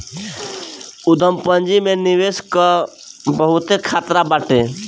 उद्यम पूंजी में निवेश कअ बहुते खतरा बाटे